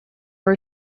are